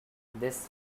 this